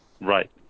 Right